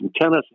tennis